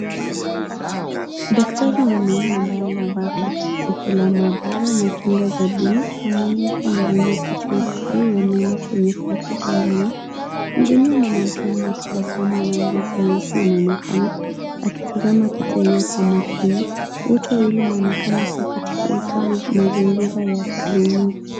Daktari wa meno ambaye anavaa koti jeupe la maabara na kinga za buluu anamwonyesha mgonjwa picha ya x-ray ya meno kwenye kompyuta ndogo. Mgonjwa mwanamke mwenye tabasamu ana ngozi nyeusi anaonekana akitazama picha hiyo kwa makini. Wote wawili wanaonekana kuwa katika utauzi au mazingira ya kliniki.